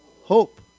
Hope